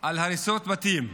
על הריסות בתים.